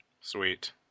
Sweet